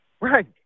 Right